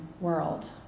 world